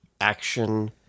action